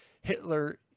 hitler